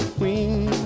queen